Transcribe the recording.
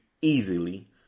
easily